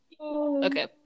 Okay